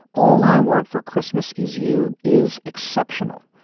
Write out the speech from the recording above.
all i want for christmas is you is exceptional,